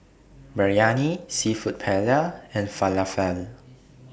Biryani Seafood Paella and Falafel